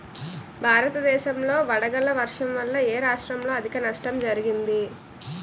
భారతదేశం లో వడగళ్ల వర్షం వల్ల ఎ రాష్ట్రంలో అధిక నష్టం జరిగింది?